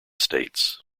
states